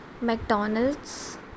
McDonald's